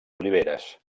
oliveres